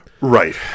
Right